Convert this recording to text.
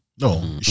No